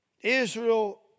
Israel